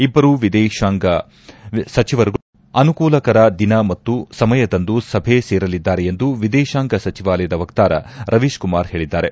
ಇಬ್ಲರು ವಿದೇಶಾಂಗ ಸಚಿವರುಗಳು ಅನುಕೂಲಕರ ದಿನ ಮತ್ತು ಸಮಯದಂದು ಸಭೆ ಸೇರಲಿದ್ದಾರೆ ಎಂದು ವಿದೇಶಾಂಗ ಸಚಿವಾಲಯದ ವಕ್ತಾರ ರವೀಶ್ ಕುಮಾರ್ ಹೇಳಿದ್ದಾರೆ